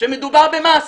שתקבע שמדובר במס.